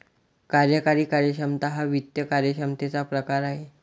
कार्यकारी कार्यक्षमता हा वित्त कार्यक्षमतेचा प्रकार आहे